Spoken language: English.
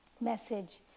message